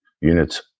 units